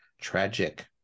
tragic